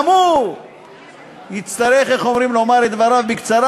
גם הוא יצטרך, איך אומרים, לומר את דבריו בקצרה.